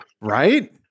Right